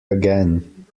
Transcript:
again